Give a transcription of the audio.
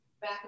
back